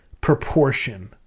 proportion